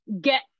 Get